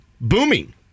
booming